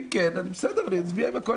אם כן, בסדר, אני אצביע.